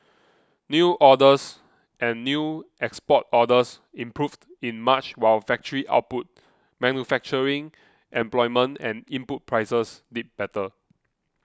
new orders and new export orders improved in March while factory output manufacturing employment and input prices did better